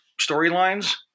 storylines